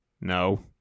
No